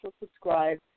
subscribe